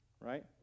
right